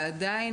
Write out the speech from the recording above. ועדיין,